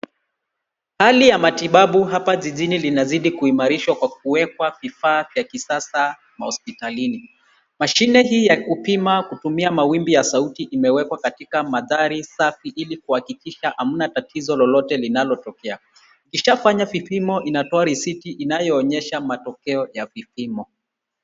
Hali ya matibabu hapa jijini inazidi kuimarishwa kwa kuwekwa kifaa cha kisasa kwa hospitalini. Mashine hii ya kupima kutumia mawimbi ya sauti imewekwa katika mandhari safi hili kuhakikisha hamna tatizo lolote linalotokea, ikishafanya vipimo inatoa risiti inayoonyesha matokeo ya vipimo.